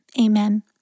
amen